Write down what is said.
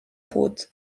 płód